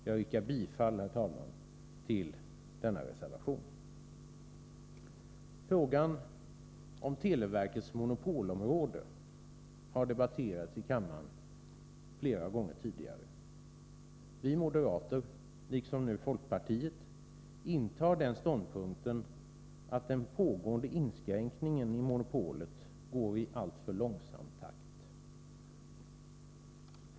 Jag yrkar bifall till denna reservation. Frågan om televerkets monopol har debatterats i kammaren flera gånger tidigare. Vi moderater, liksom folkpartiet, intar den ståndpunkten att den pågående inskränkningen av monopolet sker i alltför långsam takt.